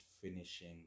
finishing